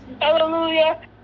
Hallelujah